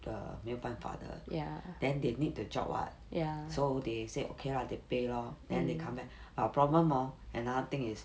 的没有办法的 then they need the job [what] so they say okay lah they pay lor then they come back but problem hor another thing is